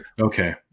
Okay